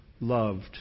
Loved